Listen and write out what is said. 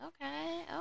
Okay